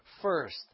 First